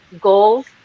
goals